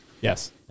Yes